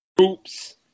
Oops